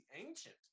ancient